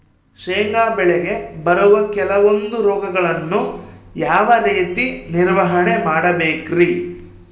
ಶೇಂಗಾ ಬೆಳೆಗೆ ಬರುವ ಕೆಲವೊಂದು ರೋಗಗಳನ್ನು ಯಾವ ರೇತಿ ನಿರ್ವಹಣೆ ಮಾಡಬೇಕ್ರಿ?